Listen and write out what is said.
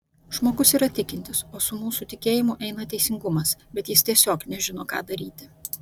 žmogus yra tikintis o su mūsų tikėjimu eina teisingumas bet jis tiesiog nežino ką daryti